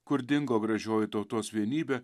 kur dingo gražioji tautos vienybė